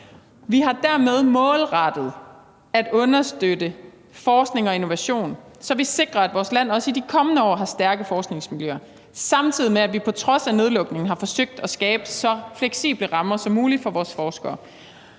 Vi har dermed målrettet at understøtte forskning og innovation, så vi sikrer, at vores land også i de kommende år har stærke forskningsmiljøer, samtidig med at vi på trods af nedlukningen har forsøgt at skabe så fleksible rammer som muligt for vores forskere.